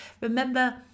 Remember